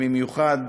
ובמיוחד